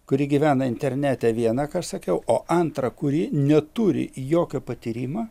kuri gyvena internete viena ką aš sakiau o antra kuri neturi jokio patyrimo